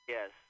Yes